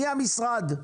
מי המשרד?